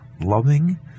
loving